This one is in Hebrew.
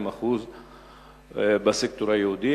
62% בסקטור היהודי.